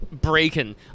breaking